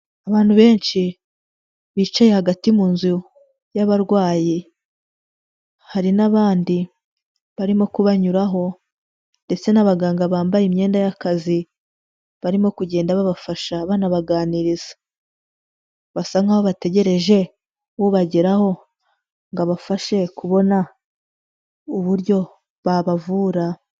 Abantu benshi bicaye hagati mu nzu y'abarwayi, hari n'abandi barimo kubanyuraho ndetse n'abaganga bambaye imyenda y'akazi barimo kugenda babafasha banabaganiriza, basa nkaho bategereje ubageraho ngo abafashe kubona uburyo babavura.